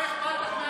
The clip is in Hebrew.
לא אכפת לך,